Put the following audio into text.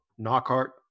Knockhart